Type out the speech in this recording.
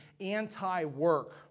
anti-work